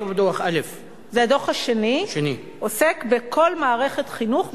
הדוח השני עוסק בכל מערכת חינוך,